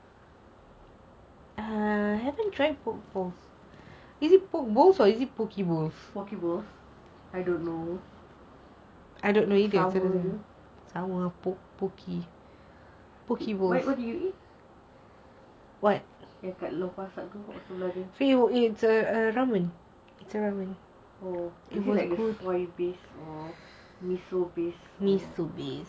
poke bowl I don't know salmon what did you eat at lau pa sat yang dekat lau pa sat itu is it like the soy based or the miso based or